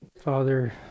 Father